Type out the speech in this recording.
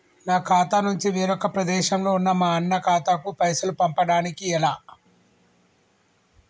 నా ఖాతా నుంచి వేరొక ప్రదేశంలో ఉన్న మా అన్న ఖాతాకు పైసలు పంపడానికి ఎలా?